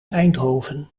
eindhoven